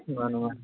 ꯃꯥꯟꯅꯤ ꯃꯥꯟꯅꯤ